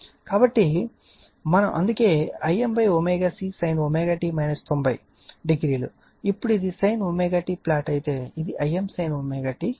కాబట్టి మనము అందుకే Im ω C sin ωt 900 ఇప్పుడు ఇది sin ωt ప్లాట్ అయితే ఇది Im sin ω t ప్లాట్